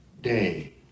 day